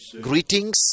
greetings